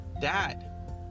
dad